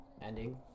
ending